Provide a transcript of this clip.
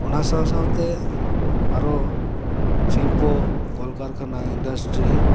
ᱚᱱᱟ ᱥᱟᱶ ᱥᱟᱶᱛᱮ ᱟᱨᱚ ᱥᱤᱞᱯᱚ ᱠᱚᱞᱠᱟᱨᱠᱷᱟᱱᱟ ᱤᱱᱰᱟᱥᱴᱨᱤ